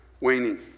waning